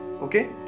okay